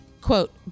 quote